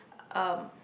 um